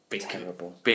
Terrible